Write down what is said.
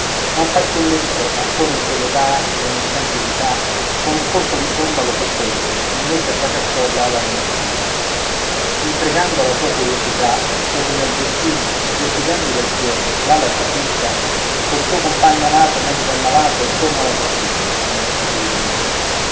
ma un fanciulletto ancora in quell'età che non sente pietà con un colpo di fromba lo sorprese e mezza fracassò l'ala al meschino imprecando alla sua curiosità e al suo crudel destino zoppicando del piè l'ala trafitta col suo compagno amato mezzo ammazzato torna alla soffitta il mesto pellegrino